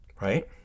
right